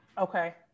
Okay